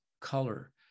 color